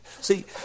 See